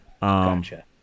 Gotcha